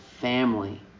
Family